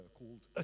called